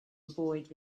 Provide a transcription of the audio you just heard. avoid